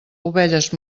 ovelles